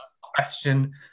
question